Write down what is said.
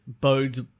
bodes